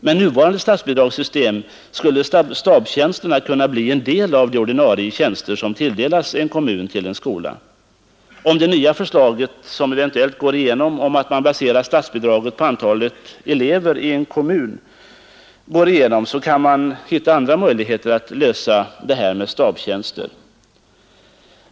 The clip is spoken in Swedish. Med nuvarande statsbidragssystem skulle stabstjänsterna kunna bli en del av de ordinarie tjänster som tilldelas en kommun för en skola. Om det nya förslaget baserat på antalet elever i en kommun går igenom kan det finnas andra möjligheter att lösa detta med stabstjänster.